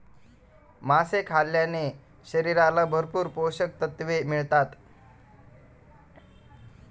मासे खाल्ल्याने शरीराला भरपूर पोषकतत्त्वे मिळतात